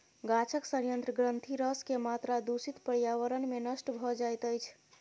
गाछक सयंत्र ग्रंथिरस के मात्रा दूषित पर्यावरण में नष्ट भ जाइत अछि